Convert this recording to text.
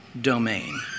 domain